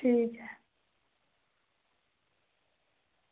ठीक